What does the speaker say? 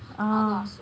ah